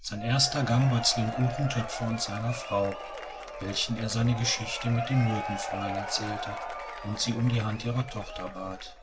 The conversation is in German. sein erster gang war zu dem guten töpfer und seiner frau welchen er seine geschichte mit dem myrtenfräulein erzählte und sie um die hand ihrer tochter bat